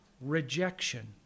rejection